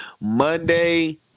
Monday